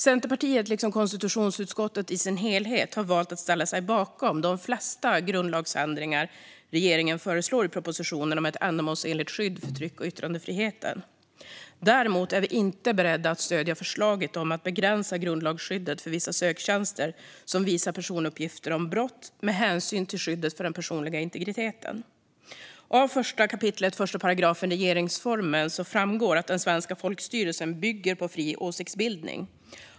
Centerpartiet, liksom konstitutionsutskottet i sin helhet, har valt att ställa sig bakom de flesta grundlagsändringar som regeringen föreslår i propositionen om ett ändamålsenligt skydd för tryck och yttrandefriheten. Däremot är vi inte beredda att stödja förslaget om att begränsa grundlagsskyddet för vissa söktjänster som visar personuppgifter om brott, med hänsyn till skyddet för den personliga integriteten. Av 1 kap. 1 § regeringsformen framgår att den svenska folkstyrelsen bygger på fri åsiktsbildning.